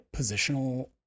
positional